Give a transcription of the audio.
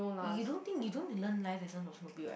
you you don't think you don't learn life lesson from Snoopy right